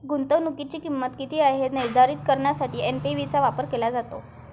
गुंतवणुकीची किंमत किती आहे हे निर्धारित करण्यासाठी एन.पी.वी चा वापर केला जातो